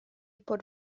bod